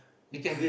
you can